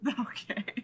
Okay